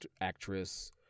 actress